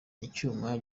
icyuma